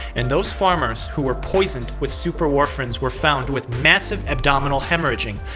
and those farmers who were poisoned with superwarfarins were found with massive abdominal hemorrhaging,